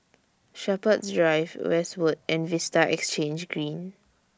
Shepherds Drive Westwood and Vista Exhange Green